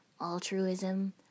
altruism